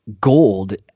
gold